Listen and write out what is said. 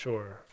Sure